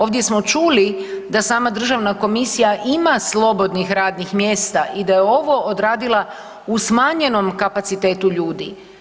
Ovdje smo čuli da sama državna komisija ima slobodnih radnih mjesta i da je ovo odradila u smanjenom kapacitetu ljudi.